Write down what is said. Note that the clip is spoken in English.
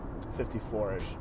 54-ish